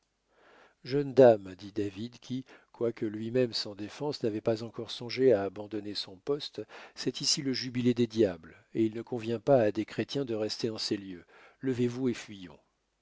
jeunes dames dit david qui quoique lui-même sans défense n'avait pas encore songé à abandonner son poste c'est ici le jubilé des diables et il ne convient pas à des chrétiens de rester en ce lieu levez-vous et fuyons